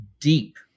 deep